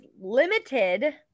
limited